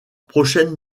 prochaine